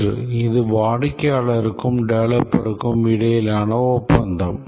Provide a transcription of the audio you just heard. ஒன்று இது வாடிக்கையாளருக்கும் டெவலப்பருக்கும் இடையிலான ஒப்பந்தம்